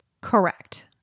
Correct